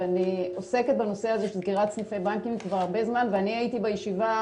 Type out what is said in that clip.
אני עוסקת בנושא הזה של סגירת סניפי בנקים כבר הרבה זמן ואני הייתי בישיבות